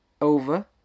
over